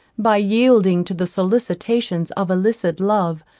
by yielding to the solicitations of illicit love,